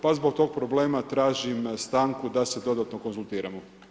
Pa zbog tog problema tražim stanku, da se dodatno konzultiramo.